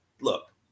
Look